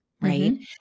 right